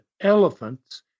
elephants